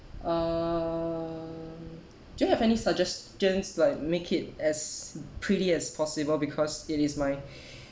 uh do you have any suggestions like make it as pretty as possible because it is my